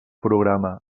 programa